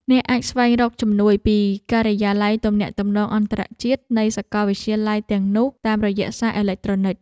អ្នកអាចស្វែងរកជំនួយពីការិយាល័យទំនាក់ទំនងអន្តរជាតិនៃសាកលវិទ្យាល័យទាំងនោះតាមរយៈសារអេឡិចត្រូនិច។